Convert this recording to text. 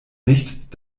nicht